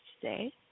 today